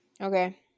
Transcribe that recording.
Okay